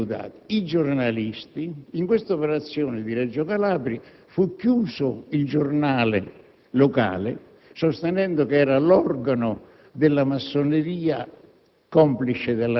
gli eventuali imputati e i giornalisti. In questa operazione di Reggio Calabria fu chiuso il giornale locale, con l'accusa di essere l'organo della Massoneria,